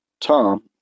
Tom